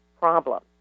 problem